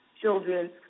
children